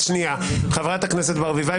חברת הכנסת ברביבאי,